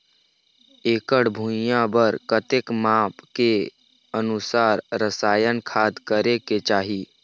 एकड़ भुइयां बार कतेक माप के अनुसार रसायन खाद करें के चाही?